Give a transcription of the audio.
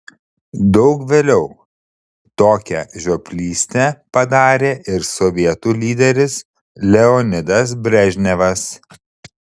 daug vėliau tokią žioplystę padarė ir sovietų lyderis leonidas brežnevas